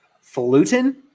Falutin